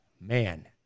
Man